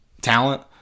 talent